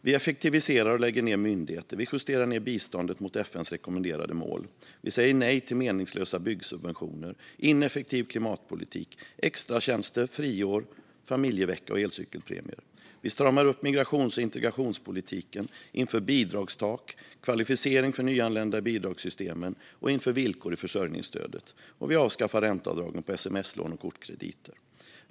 Vi effektiviserar och lägger ned myndigheter. Vi justerar ned biståndet mot FN:s rekommenderade mål. Vi säger nej till meningslösa byggsubventioner, ineffektiv klimatpolitik, extratjänster, friår, familjevecka och elcykelpremier. Vi stramar upp migrations och integrationspolitiken, inför bidragstak, kvalificering för nyanlända i bidragssystemen och inför villkor i försörjningsstödet. Vi avskaffar även ränteavdragen för sms-lån och kontokortskrediter.